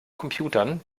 computern